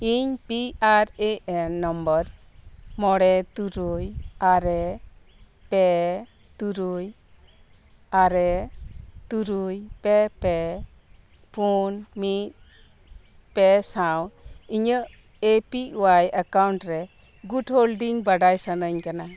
ᱤᱧ P R A N number ᱢᱚᱬᱮ ᱛᱩᱨᱩᱭ ᱟᱨᱮ ᱯᱮ ᱛᱩᱨᱩᱭ ᱟᱨᱮ ᱛᱩᱨᱩᱭ ᱯᱮ ᱯᱮ ᱯᱩᱱ ᱢᱤᱫ ᱯᱮ ᱥᱟᱶ ᱤᱧᱟᱹᱜ ᱮ ᱯᱤ ᱚᱣᱟᱭ ᱮᱠᱟᱣᱩᱱᱴ ᱨᱮ ᱜᱩᱴ ᱦᱳᱞᱰᱤᱝ ᱵᱟᱰᱟᱭ ᱥᱟᱱᱟᱧ ᱠᱟᱱᱟ